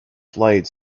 flight